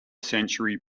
century